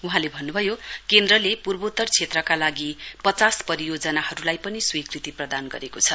वहाँले भन्नुभयो केन्द्रले पूर्वोत्तर क्षेत्रका लागि पचास परियोजनाहरुलाई पनि स्वीकृति प्रदान गरेको छ